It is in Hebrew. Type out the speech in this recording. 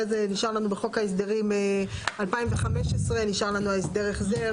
נשאר לנו בחוק ההסדרים 2015 הסדר החזר